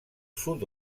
sud